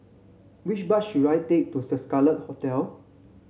which bus should I take to The Scarlet Hotel